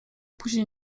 później